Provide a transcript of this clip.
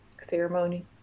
ceremony